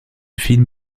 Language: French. film